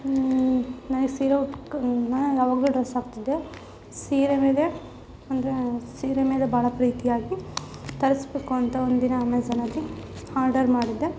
ನಾ ಈ ಸೀರೆ ಉಟ್ಕಂಡು ನಾ ಯಾವಾಗಲೂ ಡ್ರೆಸ್ ಹಾಕ್ತಿದ್ದೆ ಸೀರೆ ಮೇಲೆ ಅಂದರೆ ಸೀರೆ ಮೇಲೆ ಭಾಳ ಪ್ರೀತಿಯಾಗಿ ತರಿಸ್ಬೇಕು ಅಂತ ಒಂದು ದಿನ ಅಮೆಝನಲ್ಲಿ ಆರ್ಡರ್ ಮಾಡಿದ್ದೆ